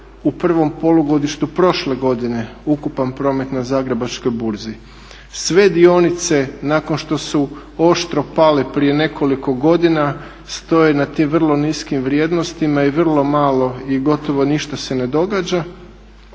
u prvom polugodištu prošle godine ukupan promet na Zagrebačkoj burzi. Sve dionice nakon što su oštro pale prije nekoliko godina stoje na tim vrlo niskim vrijednostima i vrlo malo i gotovo ništa se ne događa